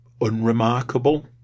unremarkable